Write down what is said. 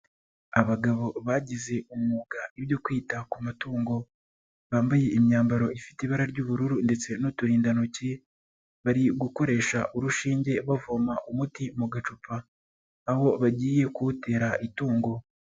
Abagabo bagize umwuga ibyo kwita ku matungo, bambaye imyambaro ifite ibara ry'ubururu ,ndetse n'uturindantoki. Bari gukoresha urushinge bavoma umuti mu gacupa, aho bagiye kuwutera itungo.